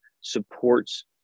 supports